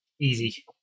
Easy